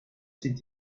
sind